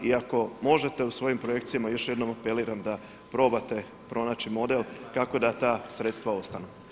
I ako možete u svojim projekcijama, još jednom apeliram da probate pronaći model kako da ta sredstva ostanu.